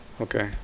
okay